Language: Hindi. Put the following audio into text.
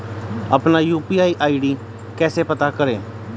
अपना यू.पी.आई आई.डी कैसे पता करें?